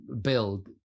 build